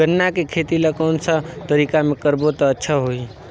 गन्ना के खेती ला कोन सा तरीका ले करबो त अच्छा होही?